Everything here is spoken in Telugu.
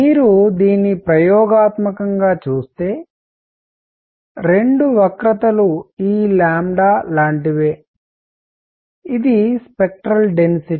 మీరు దీన్ని ప్రయోగాత్మకంగా చూస్తే రెండు వక్రత ఈ లాంటిదే ఇది స్పెక్ట్రల్ డెన్సిటి